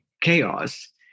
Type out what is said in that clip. chaos